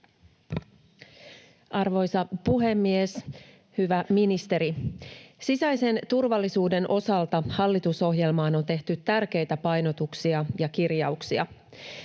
Arvoisa puhemies! Hyvä ministeri! Sisäisen turvallisuuden osalta hallitusohjelmaan on tehty tärkeitä painotuksia ja kirjauksia.